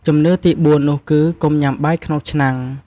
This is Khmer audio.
ជំនឿទីបួន នោះគឺកុំញ៉ាំបាយក្នុងឆ្នាំង។